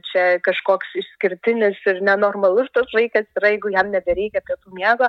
čia kažkoks išskirtinis ir nenormalus vaikas yra jeigu jam nebereikia pietų miego